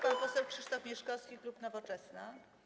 Pan poseł Krzysztof Mieszkowski, klub Nowoczesna.